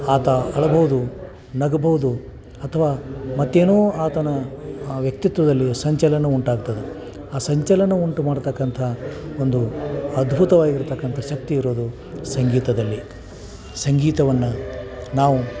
ಆತ ಅಳ್ಬೋದು ನಗ್ಬೋದು ಅಥವಾ ಮತ್ತೇನೋ ಆತನ ವ್ಯಕ್ತಿತ್ವದಲ್ಲಿ ಸಂಚಲನ ಉಂಟಾಗ್ತದೆ ಆ ಸಂಚಲನ ಉಂಟು ಮಾಡತಕ್ಕಂಥ ಒಂದು ಅದ್ಭುತವಾಗಿರತಕ್ಕಂಥ ಶಕ್ತಿ ಇರೋದು ಸಂಗೀತದಲ್ಲಿ ಸಂಗೀತವನ್ನು ನಾವು